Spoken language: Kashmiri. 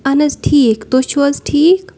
اہَن حظ ٹھیٖک تُہۍ چھُو حظ ٹھیٖک